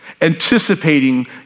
anticipating